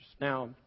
Now